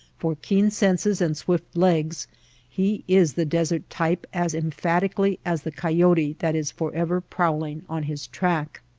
for keen senses and swift legs he is the desert type as emphatically as the coyote that is forever prowling on his track.